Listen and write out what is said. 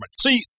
See